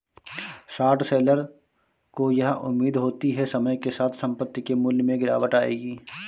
short seller को यह उम्मीद होती है समय के साथ संपत्ति के मूल्य में गिरावट आएगी